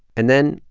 and then,